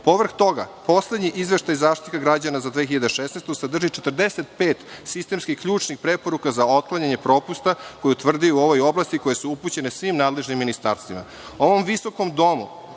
Povrh toga, poslednji izveštaj Zaštitnika građana za 2016. godinu sadrži 45 sistemskih i ključnih preporuka za otklanjanje propusta koje je utvrdio u ovoj oblasti, koje su upućene svim nadležnim ministarstvima.